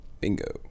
Bingo